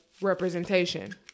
representation